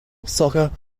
soccer